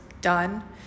done